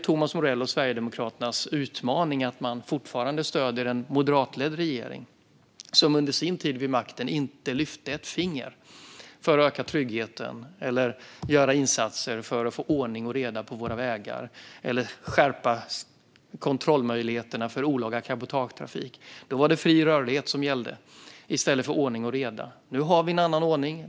Thomas Morells och Sverigedemokraternas utmaning är dock att de fortfarande stöder en moderatledd regering som under sin tid vid makten inte lyfte ett finger för att öka tryggheten, för att göra insatser för att få ordning och reda på våra vägar eller för att skärpa kontrollmöjligheterna för olaga cabotagetrafik. Då var det fri rörlighet som gällde i stället för ordning och reda. Nu har vi en annan ordning.